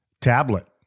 tablet